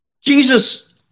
Jesus